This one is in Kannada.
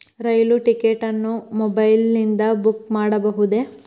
ರೈಲು ಟಿಕೆಟ್ ಅನ್ನು ಮೊಬೈಲಿಂದ ಬುಕ್ ಮಾಡಬಹುದೆ?